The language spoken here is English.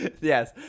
Yes